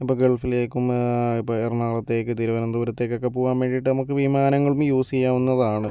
ഇപ്പോൾ ഗൾഫിലേക്കും ഇപ്പോൾ എറണാകുളത്തേക്ക് തിരുവനന്തപുരത്തേക്ക് ഒക്കെ പോകാൻ വേണ്ടിയിട്ട് നമുക്ക് വിമാനങ്ങളും യൂസ് ചെയ്യാവുന്നതാണ്